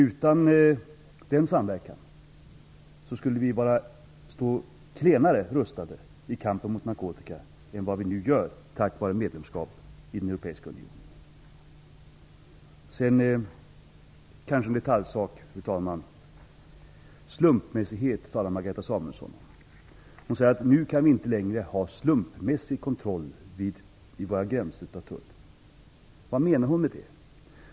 Utan den samverkan skulle vi stå klenare rustade i kampen mot narkotika än vad vi nu gör tack vare medlemskap i den Sedan kanske en detaljsak, fru talman. Slumpmässighet talar Marianne Samuelsson om. Hon säger att nu kan Tullen inte längre utföra slumpmässig kontroll vid våra gränser. Vad menar hon med det?